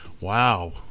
wow